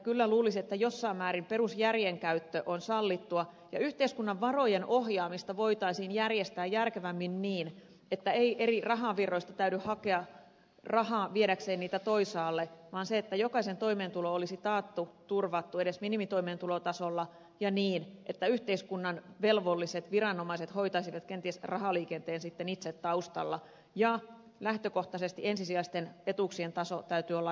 kyllä luulisi että jossain määrin perusjärjen käyttö on sallittua ja yhteiskunnan varojen ohjaamista voitaisiin järjestää järkevämmin niin että ei eri rahavirroista täydy hakea rahaa viedäkseen niitä toisaalle vaan niin että jokaisen toimeentulo olisi taattu turvattu edes minimitoimeentulotasolla ja niin että yhteiskunnan velvolliset viranomaiset hoitaisivat kenties rahaliikenteen sitten itse taustalla ja lähtökohtaisesti ensisijaisten etuuksien tason täytyy olla riittävä